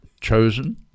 chosen